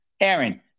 Aaron